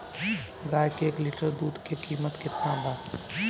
गाय के एक लीटर दुध के कीमत केतना बा?